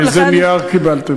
איזה נייר קיבלתם?